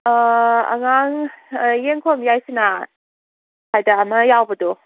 ꯑꯉꯥꯡ ꯌꯦꯡꯈꯣꯝ ꯌꯥꯏꯁꯅꯥ ꯍꯥꯏꯗꯅ ꯑꯃ ꯌꯥꯎꯕꯗꯣ